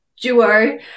duo